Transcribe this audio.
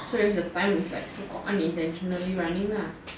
so is like the time so called unintentionally running ah